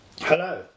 Hello